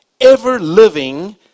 ever-living